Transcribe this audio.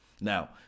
Now